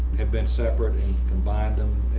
had been separate and combined them.